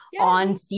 on